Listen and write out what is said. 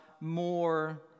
more